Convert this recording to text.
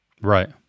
Right